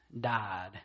died